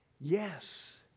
Yes